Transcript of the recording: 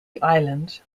island